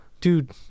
dude